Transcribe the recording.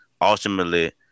ultimately